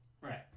right